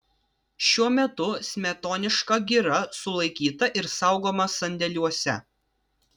šiuo metu smetoniška gira sulaikyta ir saugoma sandėliuose